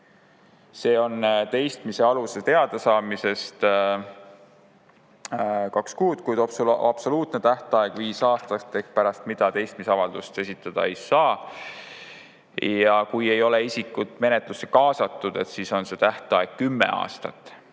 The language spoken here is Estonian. See on teistmise aluse teadasaamisest kaks kuud, kuid absoluutne tähtaeg on viis aastat, pärast mida teistmisavaldust esitada ei saa. Ja kui ei ole isikut menetlusse kaasatud, siis on see tähtaeg kümme aastat.